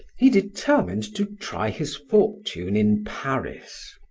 he determined to try his fortune in paris.